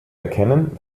erkennen